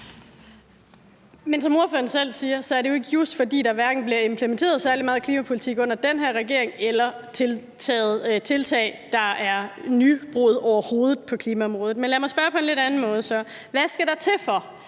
Men som ordføreren selv siger, er det jo ikke just, fordi der bliver implementeret særlig meget under den her regering eller taget tiltag, der er nybrud, overhovedet på klimaområdet. Men lad mig så spørge på en lidt anden måde: Hvad skal der til, for